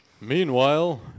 Meanwhile